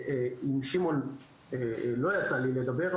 עם שמעון לא יצא לי לדבר,